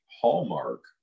hallmark